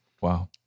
Wow